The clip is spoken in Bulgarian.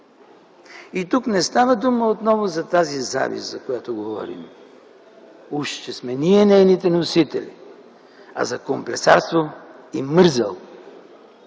Тук не става дума отново за тази завист, за която говорим, уж че сме ние нейните носители, а за комплексарство и мързел